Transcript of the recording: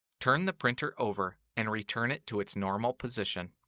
turn the printer over and return it to its normal position.